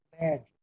imagine